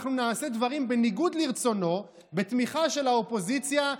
אנחנו נעשה דברים בניגוד לרצונו בתמיכה של האופוזיציה,